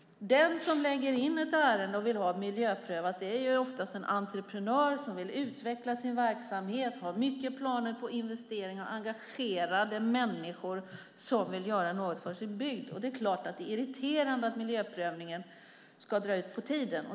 De som lägger in ärenden och vill ha dem miljöprövade är oftast entreprenörer som vill utveckla sin verksamhet och har mycket planer på investering och engagerade människor som vill göra något för sin bygd. Det är klart att det är irriterande att miljöprövningen ska dra ut på tiden.